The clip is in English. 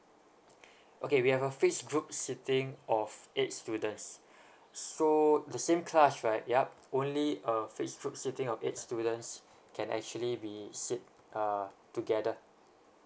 okay we have a face gruop seating of eight students so the same class right yup only a gace group seating of eight students can actually be sit uh together